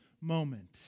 moment